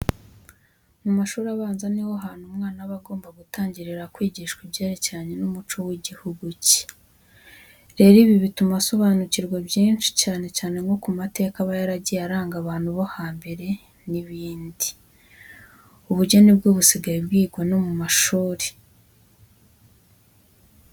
Mu mashuri abanza, ni ho hantu umwana aba agomba gutangirira kwigishwa ibyerekeranye n'umuco w'igihugu cye. Rero, ibi bituma asobanukirwa byinshi cyane cyane nko ku mateka aba yaragiye aranga abantu bo hambere n'ibindi. Ubugeni bwo busigaye bwigwa no mu mashuri.